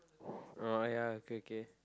oh ya okay K